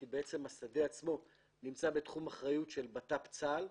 כי בעצם השדה עצמו נמצא בתחום אחריות של בט"פ וצה"ל.